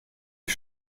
ich